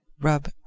rub